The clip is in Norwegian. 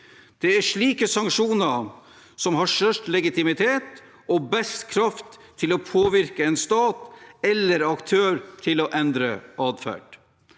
Det er slike sanksjoner som har størst legitimitet og best kraft til å påvirke en stat eller aktør til å endre atferd.